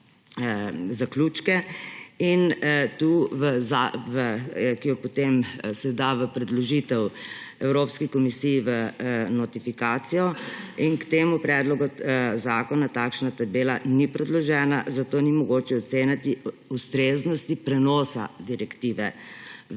zaključke –, ki se jo potem da v predložitev Evropski komisiji v notifikacijo in k temu predlogu zakona takšna tabela ni predložena, zato ni mogoče oceniti ustreznosti prenosa direktive